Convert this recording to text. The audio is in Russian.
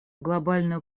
глобальное